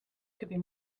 could